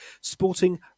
sporting